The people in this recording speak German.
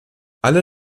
alle